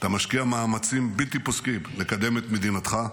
אתה משקיע מאמצים בלתי פוסקים לקדם את מדינתך,